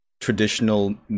traditional